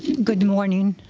good morning,